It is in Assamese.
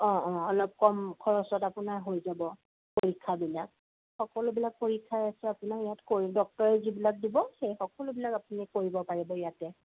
অঁ অঁ অলপ কম খৰছত আপোনাৰ হৈ যাব পৰীক্ষাবিলাক সকলোবিলাক পৰীক্ষাই আছে আপোনাৰ ইয়াত কৰি ডক্তৰে যিবিলাক দিব সেই সকলোবিলাক আপুনি কৰিব পাৰিব ইয়াতে